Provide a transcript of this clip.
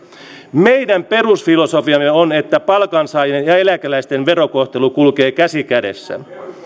meidän perusfilosofiamme on että palkansaajien ja eläkeläisten verokohtelu kulkee käsi kädessä